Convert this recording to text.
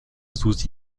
susi